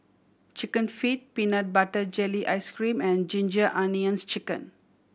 Chicken Feet peanut butter jelly ice cream and Ginger Onions Chicken